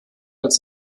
als